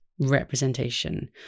representation